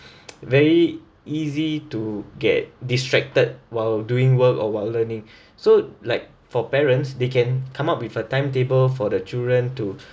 very easy to get distracted while doing work or while learning so like for parents they can come up with a timetable for the children to